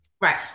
Right